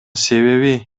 себеби